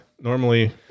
normally